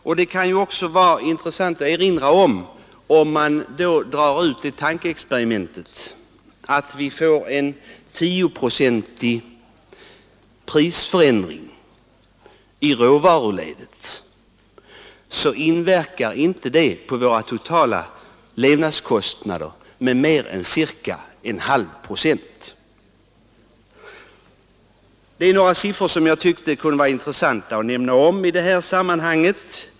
Om man gör tankeexperimentet att vi får en 10-procentig prisförändring i råvaruledet, så inverkar det inte på våra totala levnadskostnader med mer än cirka en halv procent. Detta är några siffror som jag tyckte det kunde vara intressant att nämna i det här sammanhanget.